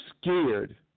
scared